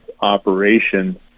operation